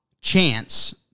chance